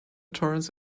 tours